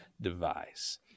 device